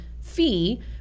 fee